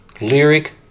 Lyric